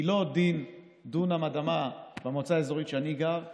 כי לא דין דונם אדמה במועצה האזורית שאני גר בה,